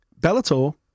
Bellator